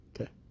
Okay